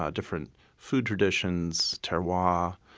ah different food traditions, terroir ah